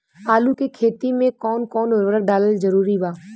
आलू के खेती मे कौन कौन उर्वरक डालल जरूरी बा?